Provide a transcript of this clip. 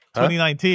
2019